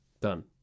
done